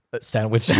Sandwich